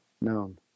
known